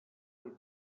with